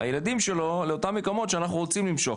הילדים שלו לאותם מקומות שאנחנו רוצים למשוך,